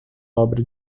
obra